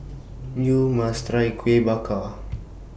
YOU must Try Kuih Bakar